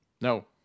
No